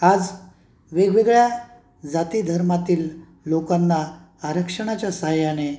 आज वेगवेगळ्या जाती धर्मातील लोकांना आरक्षणाच्या सहाय्याने